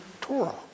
Torah